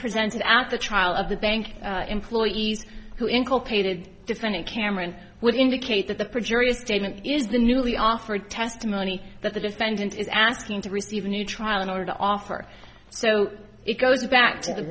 presented at the trial of the bank employees who inculpated defendant cameron would indicate that the previous statement is the newly offered testimony that the defendant is asking to receive a new trial in order to offer so it goes back to the